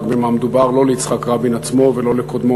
במה מדובר; לא ליצחק רבין עצמו ולא לקודמו,